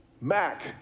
Mac